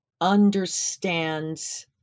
understands